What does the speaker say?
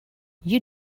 you